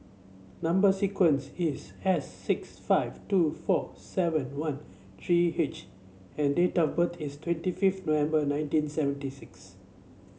number sequence is S six five two four seven one three H and date of birth is twenty fifth November nineteen seventy six